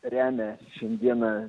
remia šiandieną